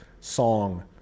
song